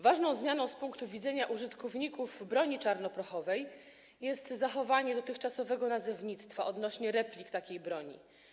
Ważną zmianą z punktu widzenia użytkowników broni czarnoprochowej jest zachowanie dotychczasowego nazewnictwa odnośnie do replik takiej broni.